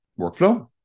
workflow